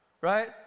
right